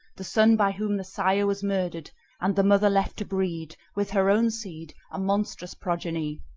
the son by whom the sire was murdered and the mother left to breed with her own seed, a monstrous progeny.